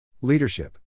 Leadership